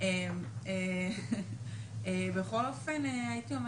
אבל לא ידענו